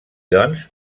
doncs